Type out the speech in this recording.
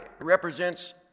represents